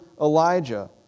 Elijah